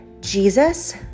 Jesus